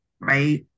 right